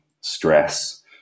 stress